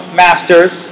masters